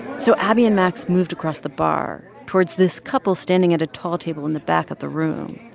so abby and max moved across the bar towards this couple standing at a tall table in the back of the room.